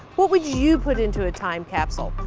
what would you put into a time capsule?